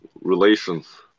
relations